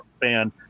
fan